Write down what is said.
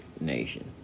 nation